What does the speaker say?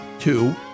Two